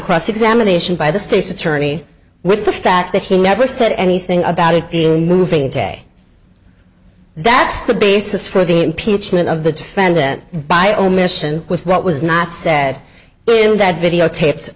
cross examination by the state's attorney with the fact that he never said anything about it being moving today that's the basis for the impeachment of the defendant by omission with what was not said in that videotape